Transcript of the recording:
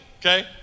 Okay